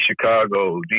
Chicago